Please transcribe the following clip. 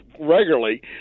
regularly